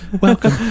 welcome